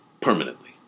permanently